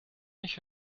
nicht